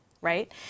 right